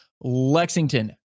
Lexington